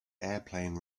airplane